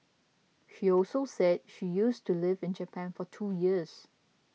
she also said she used to lived in Japan for two years